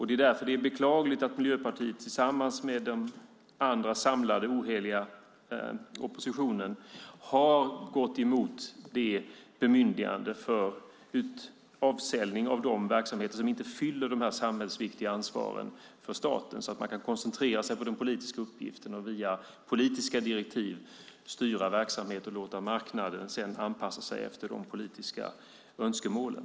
Därför är det beklagligt att Miljöpartiet tillsammans med de andra i den samlade, oheliga oppositionen har gått emot det bemyndigande som gäller avsäljning av de verksamheter där staten inte har det här samhällsviktiga ansvaret så att man kan koncentrera sig på den politiska uppgiften och via politiska direktiv styra verksamheter och låta marknaden anpassa sig efter de politiska önskemålen.